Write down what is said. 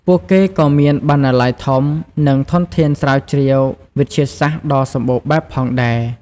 ពួកគេក៏មានបណ្ណាល័យធំ និងធនធានស្រាវជ្រាវវិទ្យាសាស្ត្រដ៏សម្បូរបែបផងដែរ។